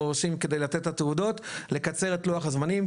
עושים כדי לתת את התעודות לקצר את לוח הזמנים,